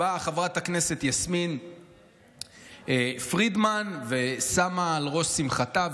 באה חברת הכנסת יסמין פרידמן ושמה על ראש שמחתה,